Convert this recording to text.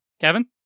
Kevin